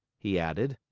he added.